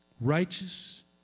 righteous